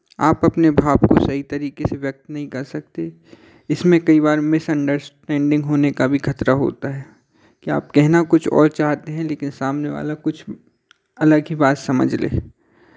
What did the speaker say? आप अपने भाव को सही तरीके से व्यक्त नहीं कर सकते इसमें कई बार मिसअन्डर्स्टैन्डिंग होने का भी खतरा होता है कि आप कहना कुछ और चाहते हैं लेकिन समाने वाला कुछ अलग ही बात समझ ले